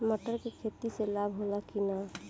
मटर के खेती से लाभ होला कि न?